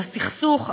של הסכסוך המדיני,